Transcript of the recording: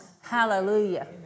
Hallelujah